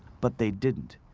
but they didn't.